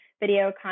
video